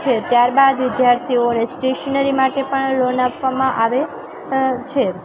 છે ત્યારબાદ વિદ્યાર્થીઓને સ્ટેશનરી માટે પણ લોન આપવામાં આવે છે